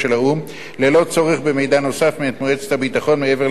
ללא צורך במידע נוסף מאת מועצת הביטחון מעבר להכרזה עצמה.